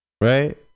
Right